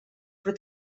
però